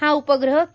हा उपग्रह के